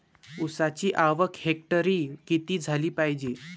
ऊसाची आवक हेक्टरी किती झाली पायजे?